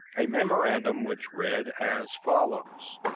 a memorandum which read as follows